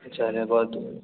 जाना है बहुत दूर